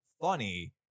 funny